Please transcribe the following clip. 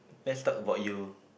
let's talk about you